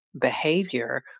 behavior